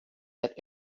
that